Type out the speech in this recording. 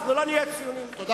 אנחנו לא נהיה ציונים, תשכח מזה.